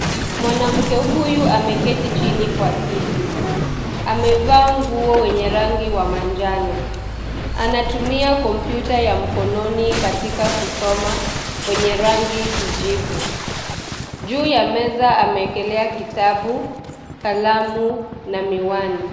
Mwanamke huyu ameketi chini kwa kiti. Amevaa nguo enye rangi ya manjano. Anatumia kompyuta ya mkononi katika kusoma, yenye rangi ya kijivu. Juu ya meza amewekelea kitabu, kalamu na miwani.